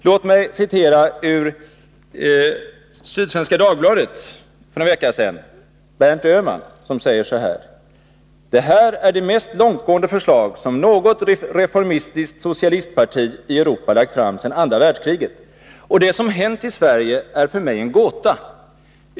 Låt mig citera ur Sydsvenska Dagbladet för en vecka sedan, där Berndt Öhman, socialdemokrat och fondutredare, säger så här: ”Det här är det mest långtgående förslag som något reformistiskt socialistparti i Europa lagt fram sedan andra världskriget och det som hänt i Sverige är för mig en gåta.